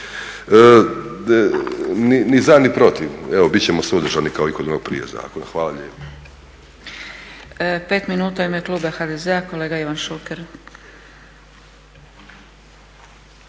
Ni za ni protiv. Evo bit ćemo suzdržani kao i kod onog prije zakona. Hvala lijepo.